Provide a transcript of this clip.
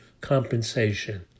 compensation